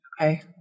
okay